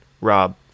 Rob